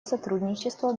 сотрудничество